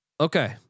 Okay